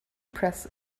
press